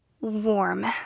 warm